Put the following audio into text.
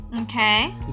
Okay